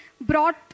brought